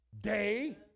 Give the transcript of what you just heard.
day